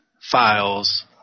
files